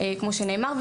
כמו שנאמר,